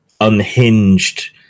unhinged